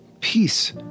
peace